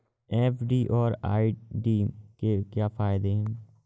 FD और RD के क्या फायदे हैं?